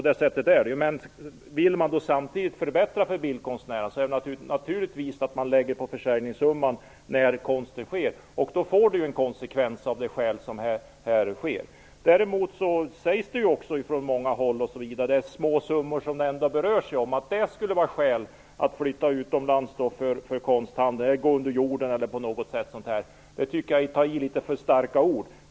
Om man vill åstadkomma en förbättring för bildkonstnärerna skall man naturligtvis lägga avgiften på försäljningssumman när konsten säljs. Det sägs från många håll att det rör sig om små summor. Att påstå att det skulle vara ett skäl för en konsthandlare att flytta utomlands eller gå under jorden tycker jag är att ta i väl mycket.